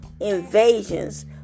invasions